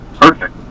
Perfect